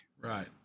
Right